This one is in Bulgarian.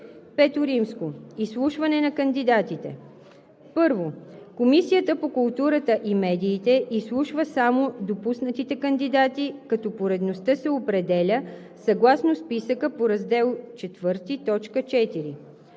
събрание. V. Изслушване на кандидатите 1. Комисията по културата и медиите изслушва само допуснатите кандидати, като поредността се определя съгласно списъка по Раздел ІV,